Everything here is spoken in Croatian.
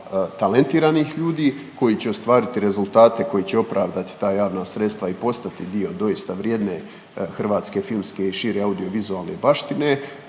talentiranih ljudi koji će ostvariti rezultate, koji će opravdati ta javna sredstva i postati dio doista vrijedne hrvatske filmske i šire audio vizualne baštine,